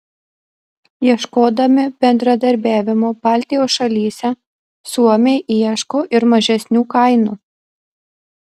ieškodami bendradarbiavimo baltijos šalyse suomiai ieško ir mažesnių kainų